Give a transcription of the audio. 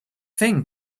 thing